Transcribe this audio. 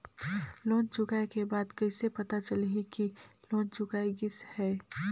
Loan चुकाय के बाद कइसे पता चलही कि लोन चुकाय गिस है?